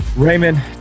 Raymond